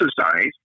exercise